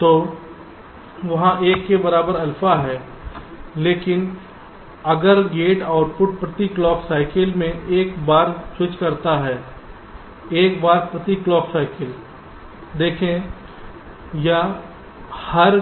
तो वहां 1 के बराबर अल्फा हैं लेकिन अगर गेट आउटपुट प्रति क्लॉक साइकिल में एक बार स्विच करता है एक बार प्रति क्लॉक साइकिल देखें या हर